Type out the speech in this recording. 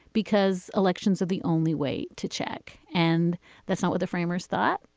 because elections are the only way to check. and that's not what the framers thought.